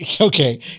Okay